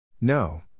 No